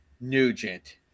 nugent